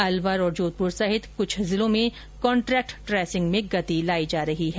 अलवर और जोधपुर सहित क्छ जिलों में कॉन्टेक्ट ट्रेसिंग में गति लाई जा रही है